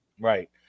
right